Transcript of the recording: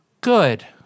good